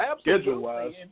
Schedule-wise